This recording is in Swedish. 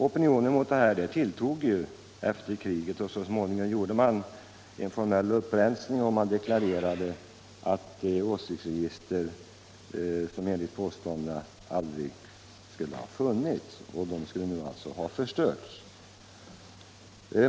Opinionen mot denna registrering tilltog efter kriget, och så småningom gjordes det en formell upprensning och man deklarerade att åsiktsregistren — som enligt påståendena aldrig hade funnits — nu hade förstörts.